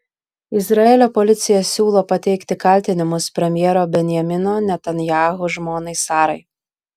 izraelio policija siūlo pateikti kaltinimus premjero benjamino netanyahu žmonai sarai